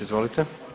Izvolite.